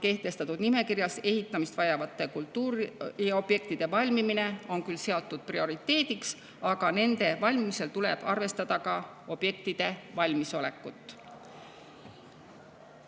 kehtestatud nimekirjas ehitamist vajavate kultuuriobjektide valmimine on küll seatud prioriteediks, aga nende valmimisel tuleb arvestada ka valmisolekut